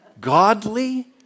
godly